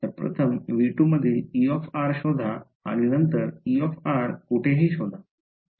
तर प्रथम V2 मधील E शोधा आणि नंतर E कुठेही शोधा